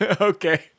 Okay